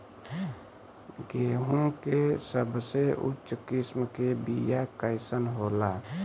गेहूँ के सबसे उच्च किस्म के बीया कैसन होला?